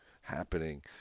happening